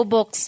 Box